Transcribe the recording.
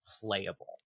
playable